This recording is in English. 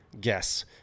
guess